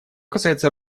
касается